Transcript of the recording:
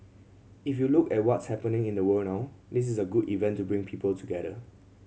if you look at what's happening in the world now this is a good event to bring people together